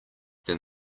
than